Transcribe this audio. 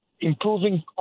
improving